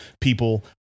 people